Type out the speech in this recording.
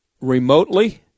remotely